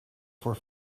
voor